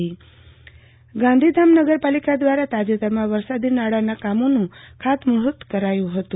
આરતી ભટ્ટ ગાંધીધામ સુધરાઈ ગાંધીધામ નગર પાલિકા દ્વારા તાજેતરમાં વરસાદી નાળાંના કામોનું ખાતમુહૂર્ત કરાયું હતું